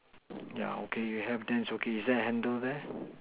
yeah okay you have then it's okay is there a handle there